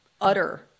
utter